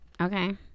okay